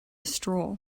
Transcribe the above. stroll